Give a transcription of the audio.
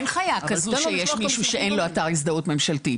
אין חיה כזו שיש מישהו שאין לו אתר הזדהות ממשלתית.